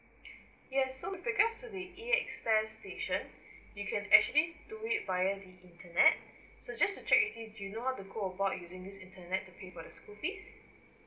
yes so because to the A_X_S station you can actually do it via the internet so just to check with it do you know how to go about using this internet to pay for the school fees